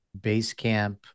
Basecamp